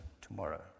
tomorrow